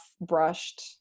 brushed